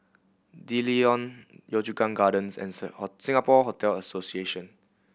D'Leedon Yio Chu Kang Gardens and Saint Singapore Hotel Association